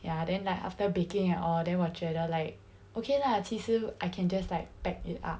ya then like after baking and all then 我觉得 like okay lah 其实 I can just like back it up